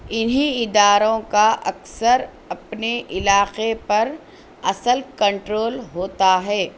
انہی اداروں کا اکثر اپنے علاقے پر اصل کنٹرول ہوتا ہے